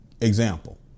example